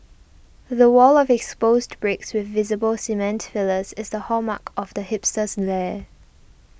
the wall of exposed bricks with visible cement fillers is the hallmark of the hipster's lair